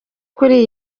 kuri